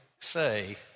say